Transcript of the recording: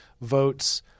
votes